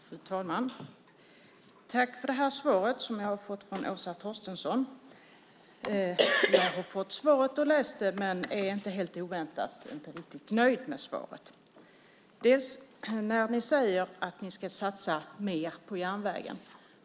Fru talman! Tack för det svar som jag har fått från Åsa Torstensson. Jag har fått svaret och läst det, men jag är, inte helt oväntat, inte riktigt nöjd med det. Ni säger att ni ska satsa mer på järnvägen.